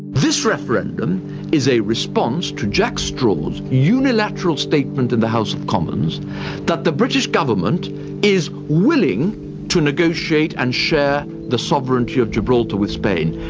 this referendum is a response to jack straw's unilateral statement in the house of commons that the british government is willing to negotiate and share the sovereignty of gibraltar with spain.